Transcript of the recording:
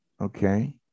okay